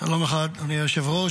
שלום לך, אדוני היושב-ראש.